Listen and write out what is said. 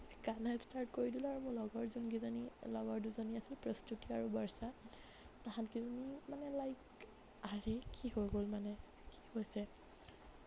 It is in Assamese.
কান্দা ষ্টাৰ্ট কৰি দিলোঁ আৰু মোৰ লগৰ যোনখিনি লগৰ দুজনী আছিল প্ৰস্তুতি আৰু বৰ্ষা তাহাঁতকেইজনী মানে লাইক আৰে কি হৈ গ'ল মানে কি হৈছে